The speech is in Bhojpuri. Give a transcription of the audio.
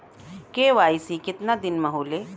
के.वाइ.सी कितना दिन में होले?